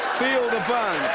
feel the bern.